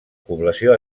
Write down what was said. població